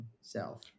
self